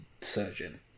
surgeon